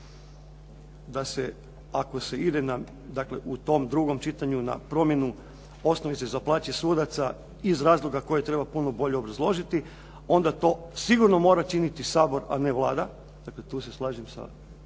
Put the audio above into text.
da se ako se ide, dakle u tom drugom čitanju na promjenu osnovice za plaće sudaca iz razloga koje treba puno bolje obrazložiti, onda to sigurno mora činiti Sabor a ne Vlada.